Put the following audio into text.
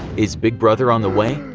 is big brother on the way?